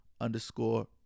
underscore